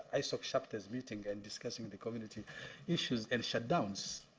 isoc chapters meeting and discussing the community issues and shutdowns.